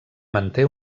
manté